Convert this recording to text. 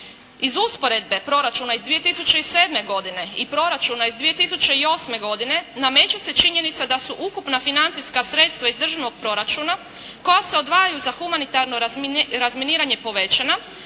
Iz usporedbe proračuna iz 2007. godine i proračuna iz 2008. godine nameće se činjenica da su ukupna financijska sredstva iz državnog proračuna, koja se odvajaju za humanitarno razminiranje povećana,